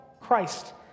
Christ